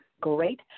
great